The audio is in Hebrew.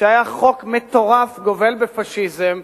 שהיה חוק מטורף, גובל בפאשיזם,